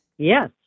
Yes